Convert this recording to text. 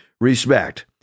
respect